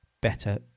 better